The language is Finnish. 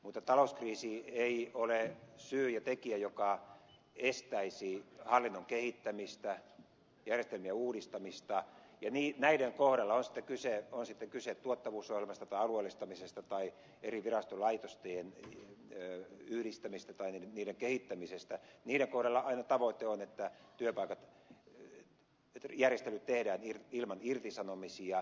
mutta talouskriisi ei ole syy ja tekijä joka estäisi hallinnon kehittämistä järjestelmien uudistamista ja näiden kohdalla on sitten kyse tuottavuusohjelmasta tai alueellistamisesta tai eri virastojen ja laitosten yhdistämisestä tai niiden kehittämisestä aina tavoite on että järjestelyt tehdään ilman irtisanomisia